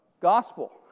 gospel